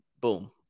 Boom